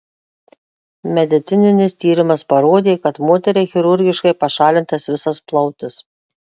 medicininis tyrimas parodė kad moteriai chirurgiškai pašalintas visas plautis